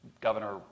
Governor